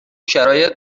شرایط